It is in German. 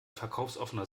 verkaufsoffener